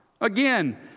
Again